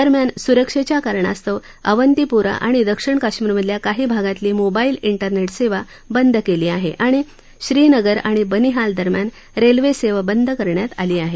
दरम्यान सुरक्षेच्या कारणास्तव अवंतीपोरा आणि दक्षिण कश्मीरमधल्या काही भागातली मोबाईल ठेरनेट सेवा बंद केली आहे आणि श्रीनगर आणि बनिहाल दरम्यान रेल्वे सेवा बंद ठेवण्यात आली आहे